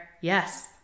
Yes